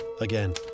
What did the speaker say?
again